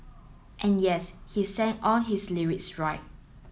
and yes he sang all his lyrics right